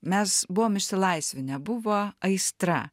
mes buvom išsilaisvinę buvo aistra